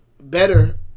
better